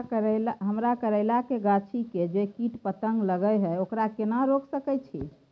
हमरा करैला के गाछी में जै कीट पतंग लगे हैं ओकरा केना रोक सके छी?